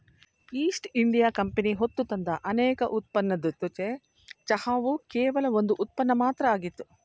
East India Company ಹೊತ್ತುತಂದ ಅನೇಕ ಉತ್ಪನ್ನದ್ ಜೊತೆ ಚಹಾವು ಕೇವಲ ಒಂದ್ ಉತ್ಪನ್ನ ಮಾತ್ರ ಆಗಿತ್ತು